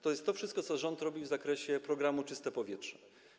To jest to wszystko, co rząd robi w zakresie programu „Czyste powietrze”